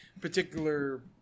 particular